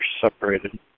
separated